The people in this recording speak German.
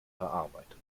verarbeitet